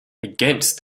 against